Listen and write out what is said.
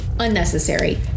Unnecessary